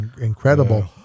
incredible